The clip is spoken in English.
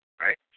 right